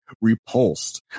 repulsed